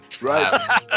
Right